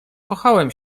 kochałem